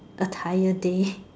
attire day